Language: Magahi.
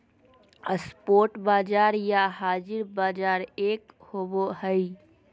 स्पोट बाजार या हाज़िर बाजार एक होबो हइ